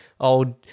old